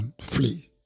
flee